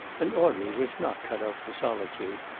and audrey was not cut out for solitude.